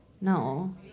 no